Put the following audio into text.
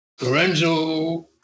Lorenzo